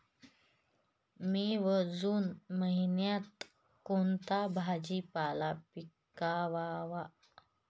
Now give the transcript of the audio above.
मे व जून महिन्यात कोणता भाजीपाला पिकवावा?